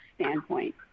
standpoint